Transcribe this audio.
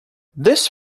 this